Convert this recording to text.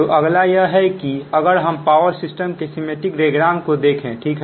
तो अगला यह है कि अगर हम पावर सिस्टम के सिमेटिक डायग्राम को देखें ठीक है